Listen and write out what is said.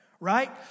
Right